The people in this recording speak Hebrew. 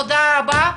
תודה רבה לכולם,